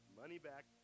money-back